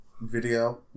Video